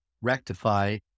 rectify